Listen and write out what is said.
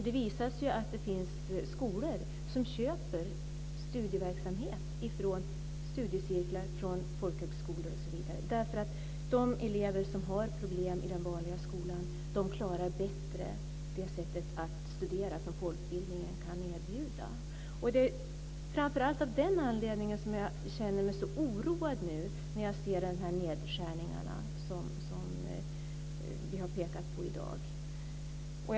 Det visar sig ju att det finns skolor som köper studieverksamhet från studiecirklar och från folkhögskolor. De elever som har problem i den vanliga skolan klarar bättre det sätt att studera på som folkbildningen kan erbjuda. Det är framför allt av den anledningen som jag känner mig så oroad när jag ser de nedskärningar som vi har pekat på i dag.